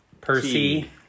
Percy